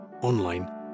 online